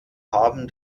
haben